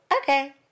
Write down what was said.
okay